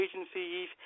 agencies